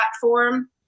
platform